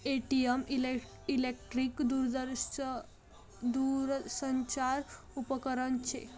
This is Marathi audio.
ए.टी.एम इलेकट्रिक दूरसंचार उपकरन शे